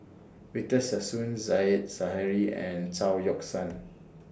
Victor Sassoon Said Zahari and Chao Yoke San